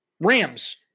Rams